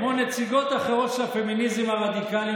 כמו נציגות אחרות של הפמיניזם הרדיקלי,